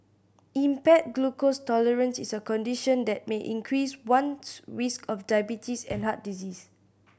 impaired glucose tolerance is a condition that may increase one's risk of diabetes and heart disease